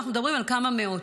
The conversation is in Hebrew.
אנחנו מדברים על כמה מאות.